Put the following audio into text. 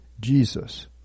Jesus